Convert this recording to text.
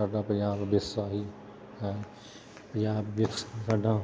ਸਾਡਾ ਪੰਜਾਬ ਵਿਰਸਾ ਹੀ ਹੈ ਪੰਜਾਬ ਵਿਰਸਾ ਸਾਡਾ